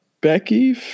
Becky